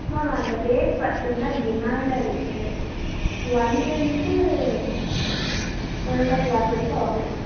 ma'am அந்த date பார்த்தீங்கன்னா டிமேண்டாக இருக்குது ஒன்றிலேர்ந்து ஒன் அண்ட் ஹஃப் லேக் வரைக்கும் ஆகும் மேம்